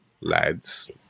Lads